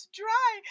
dry